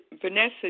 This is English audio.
Vanessa